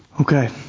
Okay